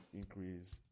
increase